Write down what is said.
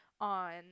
on